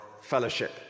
fellowship